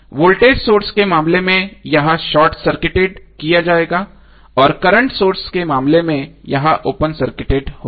voltage source के मामले में यह शॉर्ट सर्किटेड किया जाएगा और करंट सोर्स के मामले में यह ओपन सर्किटेड होगा